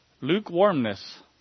Lukewarmness